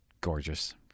gorgeous